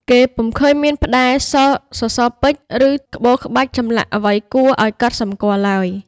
គេពុំឃើញមានផ្តែរ សសរពេជ្រ ឬក្បូរក្បាច់ចម្លាក់អ្វីគួរឱ្យកត់សម្គាល់ឡើយ។